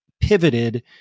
pivoted